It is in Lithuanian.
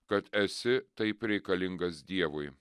kad esi taip reikalingas dievui